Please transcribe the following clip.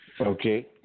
Okay